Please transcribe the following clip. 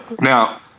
now